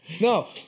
No